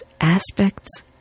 aspects